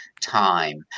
time